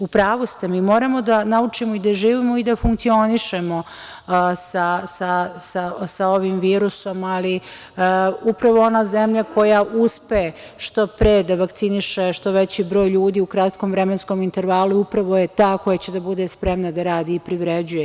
U pravu ste, mi moramo da naučimo i da živimo i da funkcionišemo sa ovim virusom, ali upravo ona zemlja koja uspe što pre da vakciniše što veći broj ljudi u kratkom vremenskom intervalu, upravo je ta koja će da bude spremna da radi i privređuje.